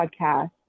podcast